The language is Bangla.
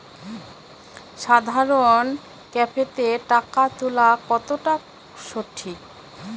সাধারণ ক্যাফেতে টাকা তুলা কতটা সঠিক?